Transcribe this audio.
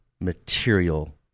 material